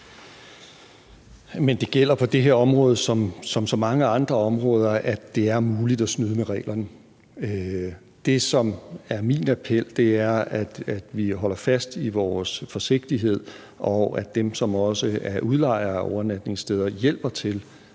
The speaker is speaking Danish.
det gælder for det her område som for så mange andre områder, at det er muligt at snyde med reglerne. Det, som er min appel, er, at vi holder fast i vores forsigtighed, og at også dem, som er udlejere af overnatningssteder, hjælper til